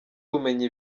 ubumenyi